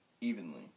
evenly